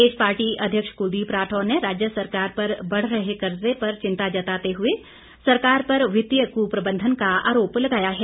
प्रदेश पार्टी अध्यक्ष कुलदीप राठौर ने राज्य सरकार पर बढ़ रहे कर्जे पर चिंता जताते हए सरकार पर वित्तीय कृप्रबंधन का आरोप लगाया है